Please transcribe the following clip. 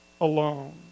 alone